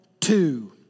Two